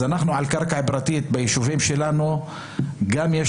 אז על קרקע פרטית ביישובים שלנו גם יש